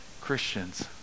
Christians